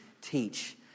teach